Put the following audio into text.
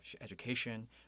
education